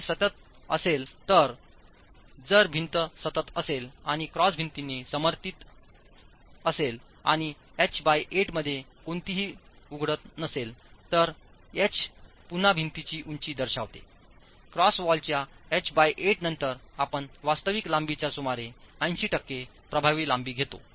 जर हे सतत असेल तर जर भिंत सतत असेल आणि क्रॉस भिंतींनी समर्थित असेल आणि एच 8 मध्ये कोणतीही उघडत नसेल तर एच पुन्हा भिंतीची उंची दर्शवतेक्रॉस वॉलच्या एच 8 नंतर आपण वास्तविक लांबीच्या सुमारे 80 टक्के प्रभावी लांबी घेता